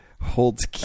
Holds